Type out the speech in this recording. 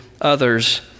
others